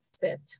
fit